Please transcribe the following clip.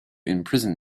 imprison